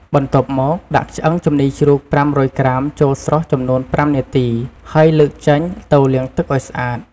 បន្ទាប់មកដាក់ឆ្អឹងជំនីជ្រូក៥០០ក្រាមចូលស្រុះចំនួន៥នាទីហើយលើកចេញទៅលាងទឹកឱ្យស្អាត។